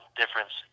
difference